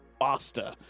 faster